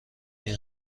این